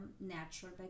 natural